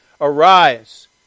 Arise